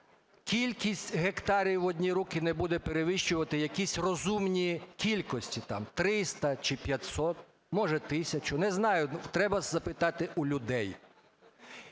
кількість гектарів в одні руки не буде перевищувати якісь розумні кількості там 300 чи 500, може тисячу, не знаю, треба запитати у людей,